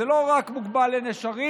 זה לא רק מוגבל לנשרים,